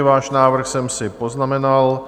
Váš návrh jsem si poznamenal.